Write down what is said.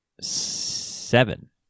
seven